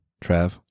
Trav